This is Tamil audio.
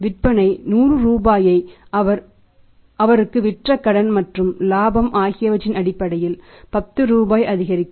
விற்பனை 100 ரூபாயை அவர் அவருக்கு விற்ற கடன் மற்றும் லாபம் ஆகியவற்றின் அடிப்படையில் 10 ரூபாய் அதிகரிக்கும்